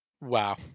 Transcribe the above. Wow